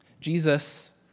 Jesus